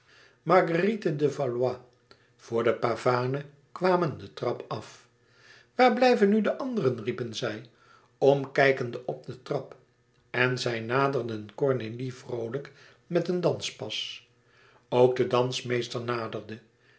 marguérite de valois voor de pavane kwamen de trap af waar blijven nu de anderen riepen zij omkijkende op de trap en zij naderden cornélie vroolijk met een danspas ook de dansmeester naderde